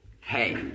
hey